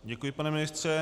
Děkuji, pane ministře.